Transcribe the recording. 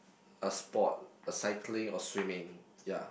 a sport uh cycling or swimming